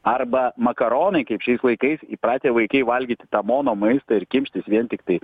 arba makaronai kaip šiais laikais įpratę vaikai valgyt tą mono maistą ir kimštis vien tiktai